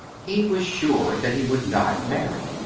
he was sure that he would not marry.